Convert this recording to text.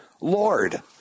Lord